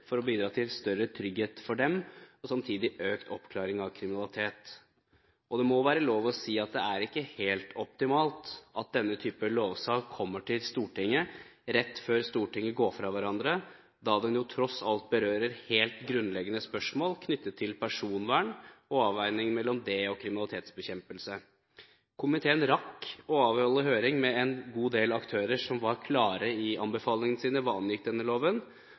for å bidra til større trygghet for dem, og samtidig økt oppklaring av kriminalitet. Det må være lov å si at det er ikke helt optimalt at denne type lovsak kommer til Stortinget rett før Stortinget går fra hverandre, da den tross alt berører helt grunnleggende spørsmål knyttet til personvern, og avveiningen mellom det og kriminalitetsbekjempelse. Komiteen rakk å avholde høring med en god del aktører som var klare i anbefalingene sine hva angikk denne loven,